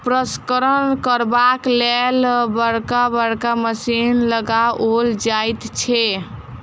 प्रसंस्करण करबाक लेल बड़का बड़का मशीन लगाओल जाइत छै